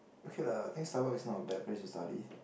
okay lah I think Starbucks is not a bad place to study